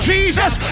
Jesus